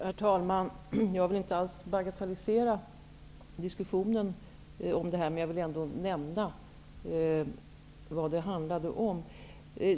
Herr talman! Jag vill inte alls bagatellisera diskussionen om flyktingkvoten, men jag ville ändå nämna vad det handlade om.